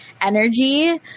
energy